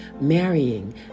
marrying